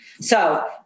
So-